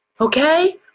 okay